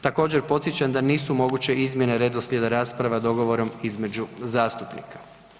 Također podsjećam da nisu moguće izmjene redoslijeda rasprava dogovorom između zastupnika.